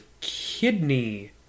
kidney